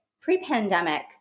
pre-pandemic